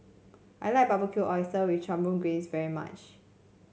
I like Barbecue Oyster with Chipotle Glaze very much